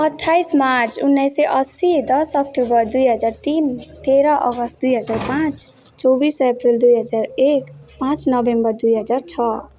अठ्ठाइस मार्च उन्नाइस सय अस्सी दस अक्टोबर दुई हजार तिन तेह्र अगस्त दुई हजार पाँच चौबिस अप्रेल दुई हजार एक पाँच नोभेम्बर दुई हजार छ